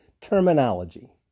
terminology